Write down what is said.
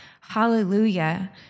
hallelujah